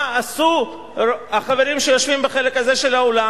מה עשו החברים שיושבים בחלק הזה של האולם?